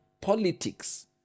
Politics